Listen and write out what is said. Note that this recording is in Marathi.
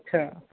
अच्छा